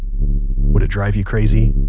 would it drive you crazy?